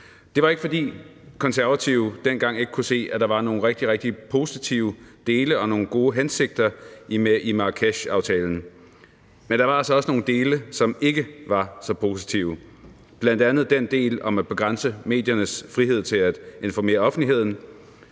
Det var ikke, fordi Konservative dengang ikke kunne se, at der var nogle rigtig, rigtig positive dele og nogle gode hensigter i Marrakeshaftalen, men der var altså også nogle dele, som ikke var så positive. Det var bl.a. den del om at begrænse mediernes frihed til at informere offentligheden,